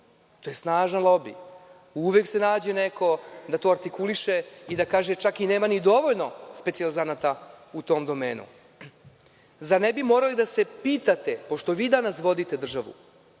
To je snažan lobi. Uvek se nađe neko da to artikuliše i da kaže da čak nema dovoljno specijalizanata u tom domenu. Zar ne bi morali da se pitate, pošto vi danas vodite državu,